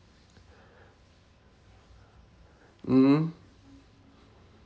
mmhmm